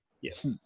Yes